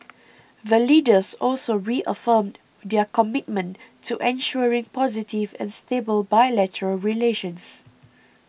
the Leaders also reaffirmed their commitment to ensuring positive and stable bilateral relations